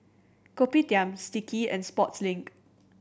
Kopitiam Sticky and Sportslink